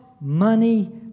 money